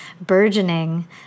burgeoning